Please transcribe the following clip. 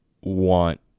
want